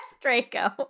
Draco